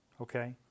Okay